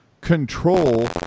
control